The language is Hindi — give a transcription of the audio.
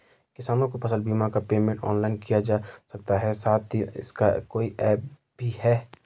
किसानों को फसल बीमा या पेमेंट ऑनलाइन किया जा सकता है साथ ही इसका कोई ऐप भी है?